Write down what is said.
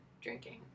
drinking